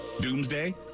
Doomsday